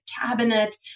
cabinet